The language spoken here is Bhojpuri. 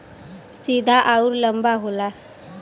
सीधा अउर लंबा होला